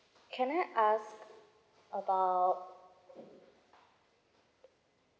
can I ask about